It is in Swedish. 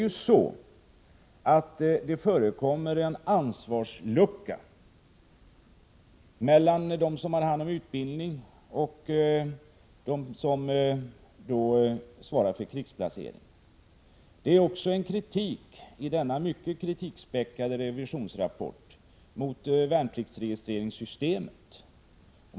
Det förekommer ju ansvarsluckor mellan dem som har hand om utbildningen och dem som svarar för krigsplaceringen. Det finns också kritik i denna mycket kritikspäckade revisionsrapport mot värnpliktsregistreringssystemet.